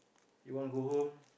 you want go home